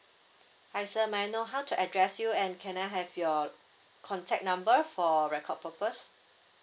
hi sir may I know how to address you and can I have your contact number for record purpose